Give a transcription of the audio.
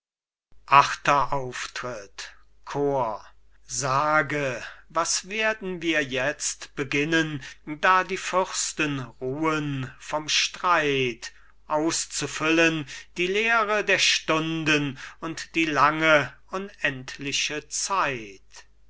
achter auftritt chor cajetan sage was werden wir jetzt beginnen da die fürsten ruhen vom streit auszufüllen die leere der stunden und die lange unendliche zeit